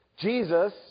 Jesus